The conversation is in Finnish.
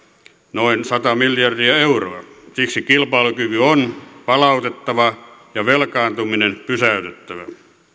noin sata miljardia euroa siksi kilpailukyky on palautettava ja velkaantuminen pysäytettävä